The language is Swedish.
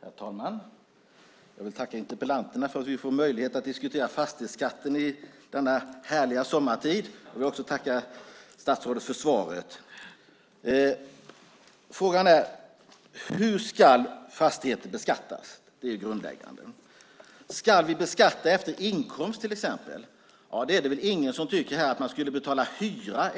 Herr talman! Jag vill tacka interpellanterna för att vi får möjlighet att diskutera fastighetsskatten i denna härliga sommartid. Jag vill också tacka statsrådet för svaret. Frågan är: Hur ska fastigheter beskattas? Det är det grundläggande. Ska vi beskatta efter inkomst till exempel? Det är väl ingen här som tycker att man ska betala hyra